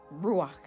Ruach